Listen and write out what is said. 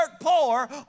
poor